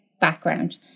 background